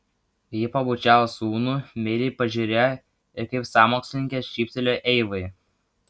ji pabučiavo sūnų meiliai pažiūrėjo ir kaip sąmokslininkė šyptelėjo eivai